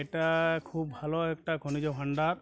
এটা খুব ভালো একটা খনিজ ভাণ্ডার